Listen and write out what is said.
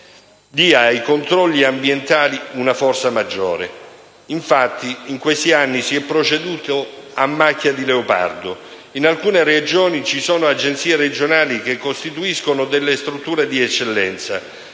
stessi controlli ambientali una forza maggiore. Infatti, in questi anni, si è proceduto a macchia di leopardo: in alcune Regioni Agenzie regionali costituiscono delle strutture di eccellenza,